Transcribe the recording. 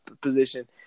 position